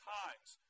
times